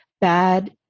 bad